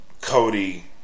Cody